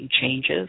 changes